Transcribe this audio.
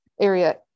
Area